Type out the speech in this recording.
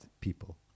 people